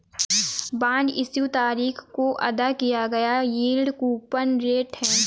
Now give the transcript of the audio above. bond issue तारीख को अदा किया गया यील्ड कूपन रेट है